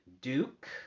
duke